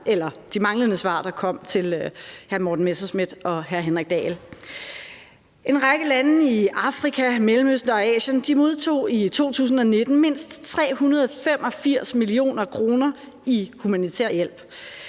til de manglende svar, der kom til hr. Morten Messerschmidt og hr. Henrik Dahl. En række lande i Afrika, Mellemøsten og Asien modtog i 2019 mindst 385 mio. kr. i humanitær hjælp.